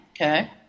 Okay